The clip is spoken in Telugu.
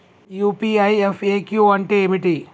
యూ.పీ.ఐ ఎఫ్.ఎ.క్యూ అంటే ఏమిటి?